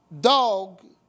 dog